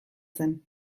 zen